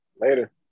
later